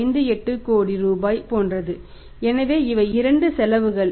58 கோடி ரூபாய் போன்றது எனவே இவை இரண்டு செலவுகள்